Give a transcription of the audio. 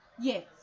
Yes